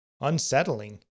unsettling